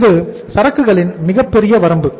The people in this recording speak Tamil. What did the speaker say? இது சரக்குகளின் மிகப் பெரிய வரம்பு